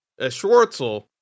Schwartzel